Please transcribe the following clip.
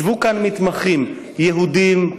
ישבו כאן מתמחים יהודים,